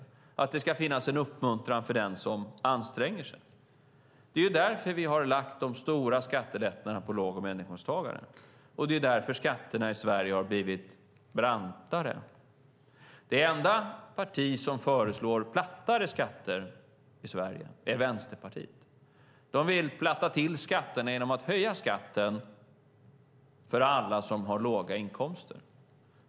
Det ska finnas en uppmuntran för den som anstränger sig. Det är därför vi har lagt de stora skattelättnaderna på låg och medelinkomsttagare. Det är därför skatterna i Sverige har blivit brantare. Det enda parti som föreslår plattare skatter i Sverige är Vänsterpartiet. De vill platta till skatterna genom att höja skatten för alla som har låga inkomster.